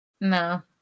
No